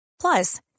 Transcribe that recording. Plus